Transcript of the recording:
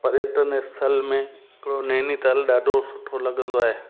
पर्यटन स्थल में हिकिड़ो नैनीताल ॾाढो सुठो लॻंदो आहे